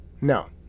No